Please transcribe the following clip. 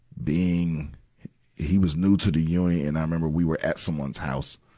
being he was new to the unit. and i remember we were at someone's house,